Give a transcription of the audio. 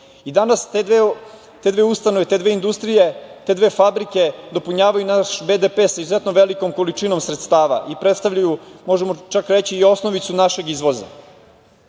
došli. Danas te dve ustanove, te dve industrije, te dve fabrike dopunjavaju naš BDP sa izuzetno velikom količinom sredstava i predstavljaju, možemo čak reći, i osnovicu našeg izvoza. Tako,